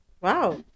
Wow